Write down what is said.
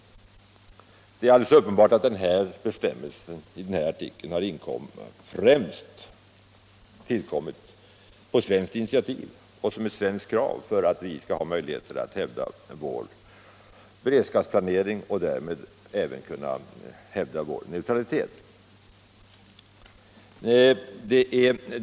Det är alldeles uppenbart att den bestämmelsen i avtalet har tillkommit främst på svenskt initiativ och som ett svenskt krav, så att vi fick möjligheter att hävda vår beredskapsplanering och därmed även vår neutralitet.